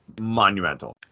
monumental